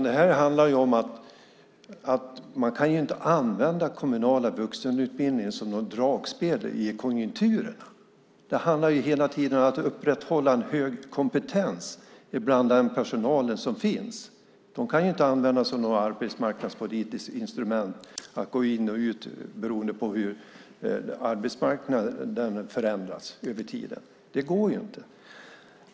Detta handlar om att man inte kan använda den kommunala vuxenutbildningen som något dragspel beroende på konjunkturerna. Det handlar hela tiden om att upprätthålla en hög kompetens bland den personal som finns. Dessa personer kan inte använda sig av några arbetsmarknadspolitiska instrument för att gå in och ut beroende på hur arbetsmarknaden förändras över tiden. Det går inte.